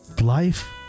Life